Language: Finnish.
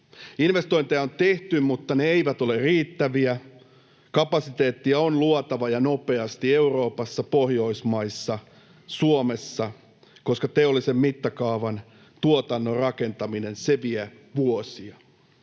Investointeja on tehty, mutta ne eivät ole riittäviä. Kapasiteettia on luotava ja nopeasti Euroopassa, Pohjoismaissa ja Suomessa, koska teollisen mittakaavan tuotannon rakentaminen vie vuosia.